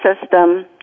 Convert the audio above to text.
system